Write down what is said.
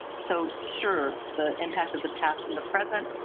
so sure, the impact of the past and the present,